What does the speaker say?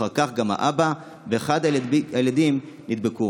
אחר כך גם האבא ואחד הילדים נדבק.